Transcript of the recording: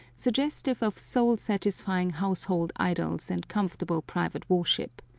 suggestive of soul-satisfying household idols and comfortable private worship.